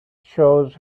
shows